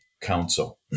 council